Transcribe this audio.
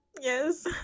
Yes